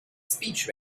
speech